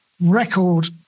record